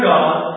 God